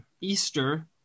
Easter